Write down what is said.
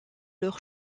leur